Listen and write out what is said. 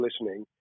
listening